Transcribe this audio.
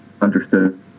understood